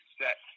set